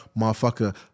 Motherfucker